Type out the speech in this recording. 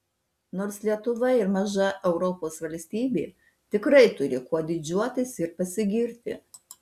nors lietuva ir maža europos valstybė tikrai turi kuo didžiuotis ir pasigirti